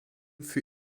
für